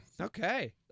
Okay